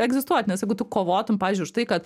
egzistuot nes jeigu tu kovotum pavyzdžiui už tai kad